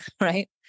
right